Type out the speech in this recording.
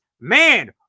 man